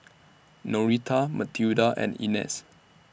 Noreta Mathilda and Inez